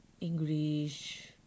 English